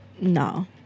No